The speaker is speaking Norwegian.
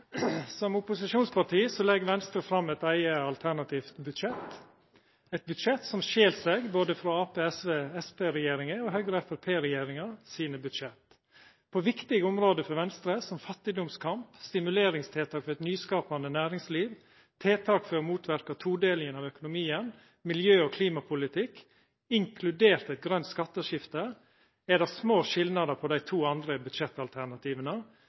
Som opposisjonsparti legg Venstre fram eit eige, alternativt budsjett – eit budsjett som skil seg frå både Arbeidarparti–SV–Senterparti-regjeringa og Høgre–Framstegsparti-regjeringa sine budsjett. På viktige område for Venstre, som fattigdomskamp, stimuleringstiltak for eit nyskapande næringsliv, tiltak for å motverka todeling av økonomien, miljø- og klimapolitikk, inkludert eit grønt skatteskifte, er det små skilnader på dei to andre